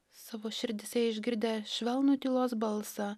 savo širdyse išgirdę švelnų tylos balsą